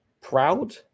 proud